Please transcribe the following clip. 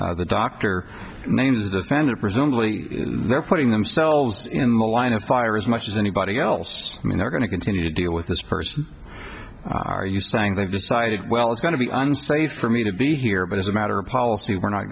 of the doctor names the fan and presumably never putting themselves in the line of fire as much as anybody else i'm not going to continue to deal with this person are you saying they decided well it's going to be unsafe for me to be here but as a matter of policy we're not